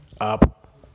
up